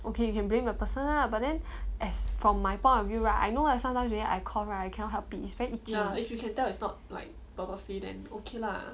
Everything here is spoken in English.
okay you can blame the person lah but then as from my point of view right I know like sometimes maybe I cough right I cannot help it it's very itchy